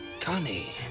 Connie